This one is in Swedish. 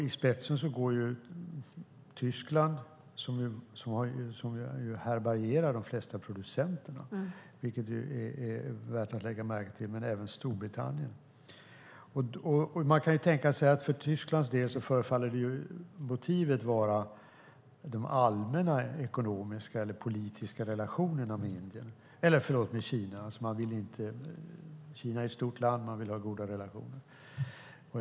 I spetsen går Tyskland, som ju härbärgerar de flesta producenterna, vilket är värt att lägga märke till, men även Storbritannien. För Tysklands del förefaller motivet vara de allmänna ekonomiska eller politiska relationerna med Kina. Kina är ett stort land, och man vill ha goda relationer.